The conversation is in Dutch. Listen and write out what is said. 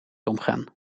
omgaan